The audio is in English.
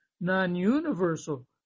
non-universal